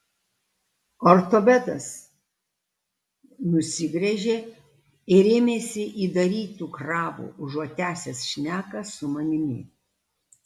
ortopedas nusigręžė ir ėmėsi įdarytų krabų užuot tęsęs šneką su manimi